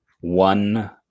one